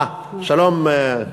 אה, שלום.